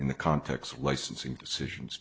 in the context of licensing decisions